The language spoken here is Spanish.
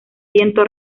viento